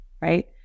Right